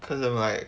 cause I'm like